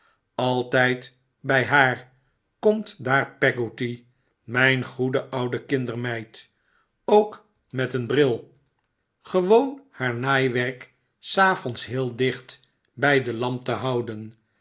altijd bij haar komt daar peggotty mijn goede oude kindermeid ook met een bril gewoon haar naaiwerk s avonds heel dicht bii de lamp te houden